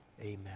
Amen